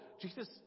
Jesus